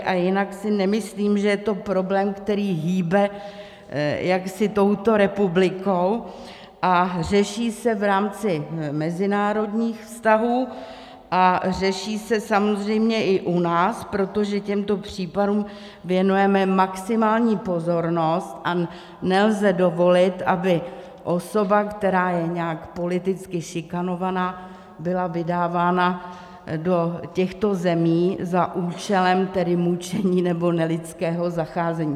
A jinak si nemyslím, že je to problém, který hýbe jaksi touto republikou, a řeší se v rámci mezinárodních vztahů a řeší se samozřejmě i u nás, protože těmto případům věnujeme maximální pozornost a nelze dovolit, aby osoba, která je nějak politicky šikanovaná, byla vydávána do těchto zemí za účelem tedy mučení nebo nelidského zacházení.